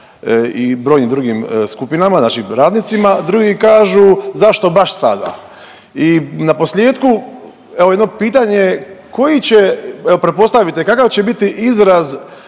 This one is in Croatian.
i brojnim drugim skupinama, znači radnicima, drugi kažu zašto baš sada i naposljetku, evo jedno pitanje, koji će, evo, pretpostavit će, kakav će biti izraz